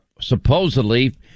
supposedly